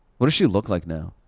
what does she look like now?